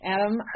Adam